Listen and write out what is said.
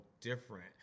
different